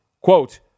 Quote